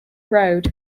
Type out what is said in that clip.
road